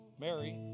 Mary